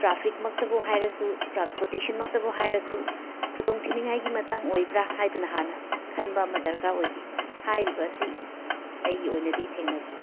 traffic ꯃꯛꯇꯕꯨ ꯍꯥꯏꯔꯁꯨ transportation ꯃꯛꯇꯕꯨ ꯍꯥꯏꯔꯁꯨ ꯈꯨꯗꯣꯡ ꯊꯤꯅꯤꯡꯉꯥꯏꯒꯤ ꯃꯇꯥꯡ ꯑꯣꯏꯕ꯭ꯔꯥ ꯍꯥꯏꯗꯨꯅ ꯍꯥꯟꯅ ꯈꯟꯕ ꯑꯃ ꯗꯔꯀꯥꯔ ꯑꯣꯏꯈꯤ ꯍꯥꯏꯔꯤꯕ ꯑꯁꯤ ꯑꯩꯒꯤ ꯑꯣꯏꯅꯗꯤ ꯊꯦꯡꯅꯈꯤ